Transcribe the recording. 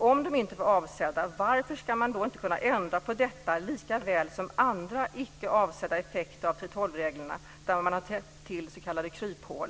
Om de inte var avsedda, varför ska man då inte kunna ändra på detta likaväl som på andra icke avsedda effekter av 3:12 reglerna där man har täppt till s.k. kryphål?